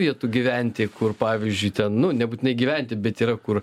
vietų gyventi kur pavyzdžiui ten nu nebūtinai gyventi bet yra kur